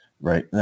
right